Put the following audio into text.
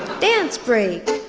dance break!